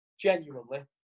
genuinely